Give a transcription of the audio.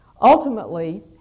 Ultimately